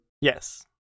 Yes